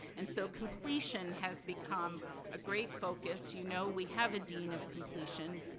and, so, completion has become a great focus. you know, we have a dean of completion,